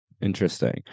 Interesting